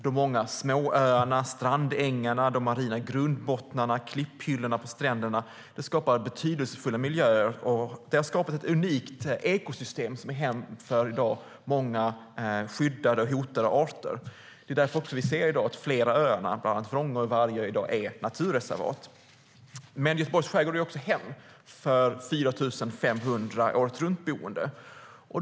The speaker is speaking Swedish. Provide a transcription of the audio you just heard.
De många småöarna, strandängarna, de marina grundbottnarna och klipphyllorna på stränderna skapar betydelsefulla miljöer som utgör ett unikt ekosystem som är hem för många skyddade och hotade arter. Därför är flera av öarna, bland annat Vrångö och Vargö, naturreservat. Göteborgs skärgård är också hem för 4 500 åretruntboende.